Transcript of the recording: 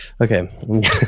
Okay